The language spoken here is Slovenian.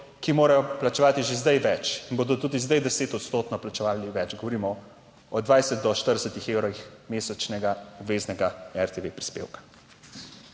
ki morajo plačevati že zdaj več in bodo tudi zdaj deset odstotno plačevali več, govorimo o 20 do 40 evrih mesečnega obveznega RTV prispevka.